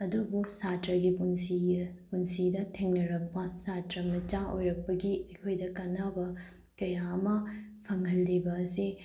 ꯑꯗꯨꯕꯨ ꯁꯥꯇ꯭ꯔꯒꯤ ꯄꯨꯟꯁꯤ ꯄꯨꯟꯁꯤꯗ ꯊꯦꯡꯅꯔꯛꯄ ꯁꯥꯇ꯭ꯔ ꯃꯆꯥ ꯑꯣꯏꯔꯛꯄꯒꯤ ꯑꯩꯈꯣꯏꯗ ꯀꯥꯟꯅꯕ ꯀꯌꯥ ꯑꯃ ꯐꯪꯍꯜꯂꯤꯕ ꯑꯁꯤ